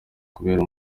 kureba